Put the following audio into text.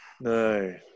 No